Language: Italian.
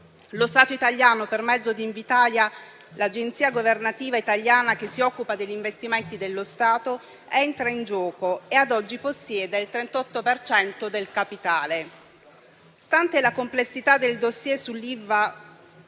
Lo Stato italiano per mezzo di Invitalia, l'agenzia governativa italiana che si occupa degli investimenti dello Stato, entra in gioco e ad oggi possiede il 38 per cento del capitale. Stante la complessità del *dossier* sull'Ilva,